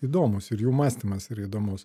įdomūs ir jų mąstymas yra įdomus